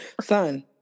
Son